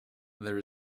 there